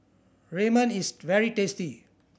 is very tasty